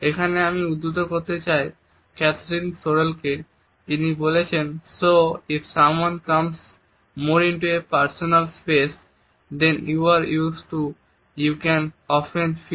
এখানে আমি উদ্ধৃত করতে চাই ক্যাথরিন সোরেল কে যিনি বলেছেন "so if someone comes more into a personal space then you are used to you can often feel like 'what is happening here